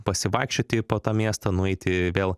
pasivaikščioti po tą miestą nueiti vėl